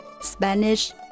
Spanish